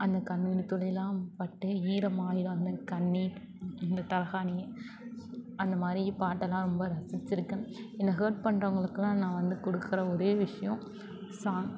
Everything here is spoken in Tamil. அந்தக்கண்ணீர் துளிலாம் பட்டு ஈரமாகிடும் அந்த கண்ணீர் இந்த தலைகாணியே அந்தமாதிரி பாட்டெல்லாம் ரொம்ப ரசித்திருக்கேன் என்ன ஹர்ட் பண்றவங்களுக்கெல்லாம் நான் வந்து கொடுக்குற ஒரே விஷயம் சாங்